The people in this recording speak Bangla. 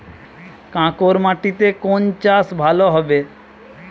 কাঁকর মাটিতে কোন চাষ ভালো হবে?